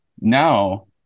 Now